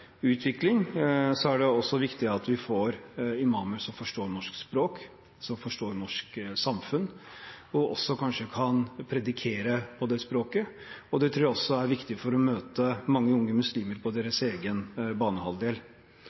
utvikling er det viktig at vi får imamer som forstår det norske språket, som forstår det norske samfunnet, og som også kanskje kan preke på det språket. Det tror jeg også er viktig for å møte mange unge muslimer på deres egen banehalvdel.